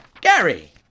Gary